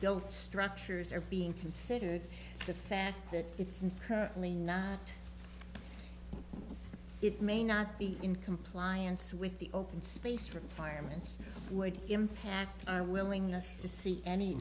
built structures are being considered the fact that it's currently not it may not be in compliance with the open space from firemen's would impact our willingness to see any